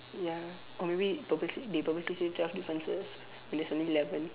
ya or maybe purposely they purposely say twelve differences when there's only eleven